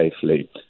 safely